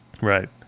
Right